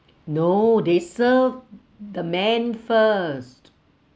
no they served the man first